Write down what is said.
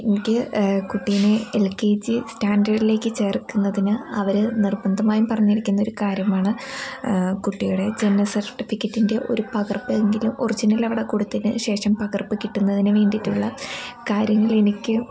എനിക്ക് കുട്ടീനെ L K G സ്റ്റാൻഡേർഡിലേക്ക് ചേർക്കുന്നതിന് അവർ നിർബന്ധമായും പറഞ്ഞിരിക്കുന്ന ഒരു കാര്യമാണ് കുട്ടിയുടെ ജനന സർട്ടിഫിക്കറ്റിൻ്റെ ഒരു പകർപ്പ് എങ്കിലും ഒറിജിനലവിടെ കൊടുത്തതിന് ശേഷം പകർപ്പ് കിട്ടുന്നതിന് വേണ്ടീട്ടുള്ള കാര്യങ്ങൾ എനിക്ക്